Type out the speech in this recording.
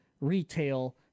retail